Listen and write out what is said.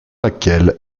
laquelle